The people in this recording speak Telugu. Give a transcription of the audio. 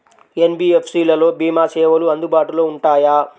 ఎన్.బీ.ఎఫ్.సి లలో భీమా సేవలు అందుబాటులో ఉంటాయా?